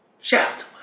Shout